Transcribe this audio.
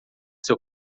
seu